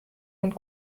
und